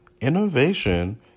innovation